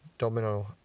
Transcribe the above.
Domino